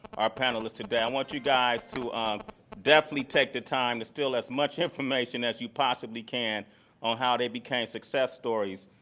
our panelists today, i want you guys to definitely take the time to steal as much information as you possibly can on how they became success stories.